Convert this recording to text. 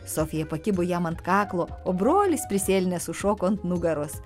sofija pakibo jam ant kaklo o brolis prisėlinęs užšoko ant nugaros